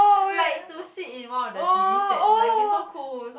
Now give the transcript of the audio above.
like to sit in one of the t_v sets like it will be so cool